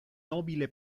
nobile